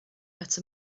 out